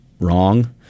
wrong